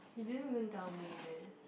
you didn't even tell me eh